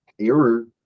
error